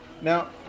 Now